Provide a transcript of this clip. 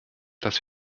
dass